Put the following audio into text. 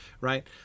right